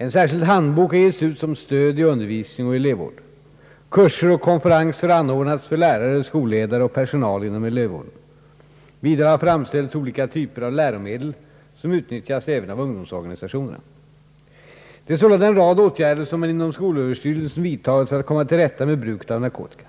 En särskild handbok har getts ut som stöd i undervisning och elevvård. Kurser och konferenser har anordnats för lärare, skolledare och personal inom elevvården. Vidare har framställts olika typer av läromedel, som utnyttjas även av ungdomsorganisationerna. Det är sålunda en rad åtgärder som man inom skolöverstyrelsen vidtagit för att komma till rätta med bruket av narkotika.